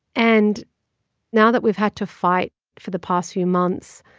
and now that we've had to fight for the past few months